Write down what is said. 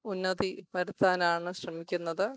ഉന്നതി വരുത്താനാണ് ശ്രമിക്കുന്നത്